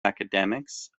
academics